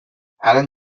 allen